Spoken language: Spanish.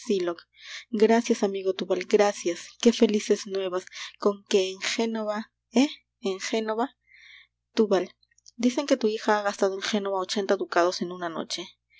gracias amigo túbal gracias qué felices nuevas con qué en génova eh en génova túbal dicen que tu hija ha gastado en génova ochenta ducados en una noche